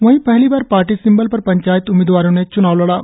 वही पहली बार पार्टी सिम्बल पर पंचायत उम्मीदवारों ने चुनाव लड़ा है